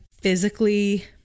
physically